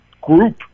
group